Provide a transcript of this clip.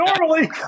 normally